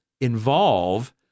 involve